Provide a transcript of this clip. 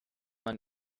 man